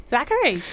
Zachary